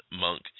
monk